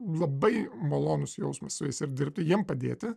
labai malonus jausmas su jais ir dirbti jiem padėti